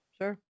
sure